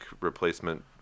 replacement